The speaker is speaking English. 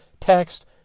text